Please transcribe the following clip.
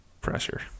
pressure